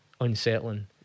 unsettling